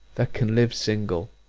that can live single?